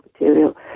material